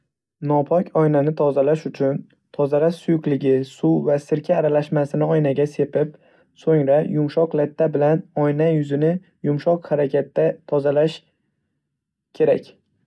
Nopok oynani tozalash uchun: tozalash suyuqligi suv va sirka aralashmasini oynaga sepib. So'ngra, yumshoq latta bilan oyna yuzini yumshoq harakatda tozalash kerak!